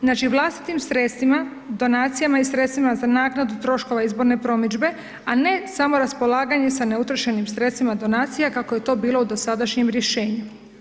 Znači vlastitim sredstvima, donacijama i sredstvima za naknadu troškova izborne promidžbe, a ne samo raspolaganje sa neutrošenim sredstvima donacija kako je to bilo u dosadašnjem rješenju.